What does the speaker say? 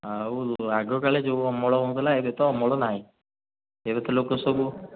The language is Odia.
ଆଉ ଆଗକାଳେ ଯେଉଁ ଅମଳ ହେଉଁଥିଲା ଏବେ ତ ଅମଳ ନାଇଁ ଏବେ ତ ଲୋକ ସବୁ